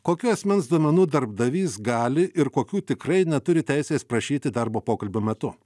kokių asmens duomenų darbdavys gali ir kokių tikrai neturi teisės prašyti darbo pokalbio metu